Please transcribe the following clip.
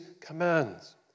commands